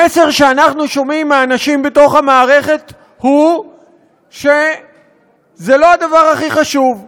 המסר שאנחנו שומעים מהאנשים בתוך המערכת הוא שזה לא הדבר הכי חשוב.